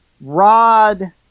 Rod